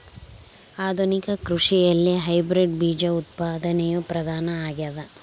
ಆಧುನಿಕ ಕೃಷಿಯಲ್ಲಿ ಹೈಬ್ರಿಡ್ ಬೇಜ ಉತ್ಪಾದನೆಯು ಪ್ರಧಾನ ಆಗ್ಯದ